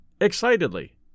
excitedly